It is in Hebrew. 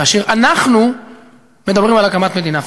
כאשר אנחנו מדברים על הקמת מדינה פלסטינית.